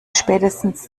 spätestens